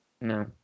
No